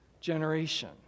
generation